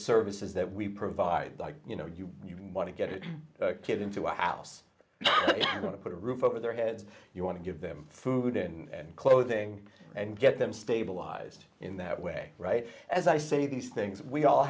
services that we provide like you know you want to get a kid into a house i'm going to put a roof over their heads you want to give them food and clothing and get them stabilized in that way right as i say these things we all